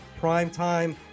primetime